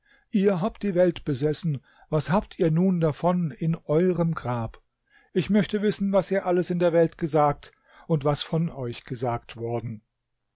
ihr habt die welt besessen was habt ihr nun davon in euerem grab ich möchte wissen was ihr alles in der welt gesagt und was von euch gesagt worden